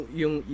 yung